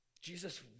Jesus